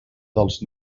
dels